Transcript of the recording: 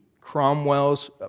Cromwell's